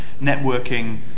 networking